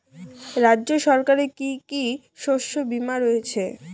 রাজ্য সরকারের কি কি শস্য বিমা রয়েছে?